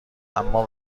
اما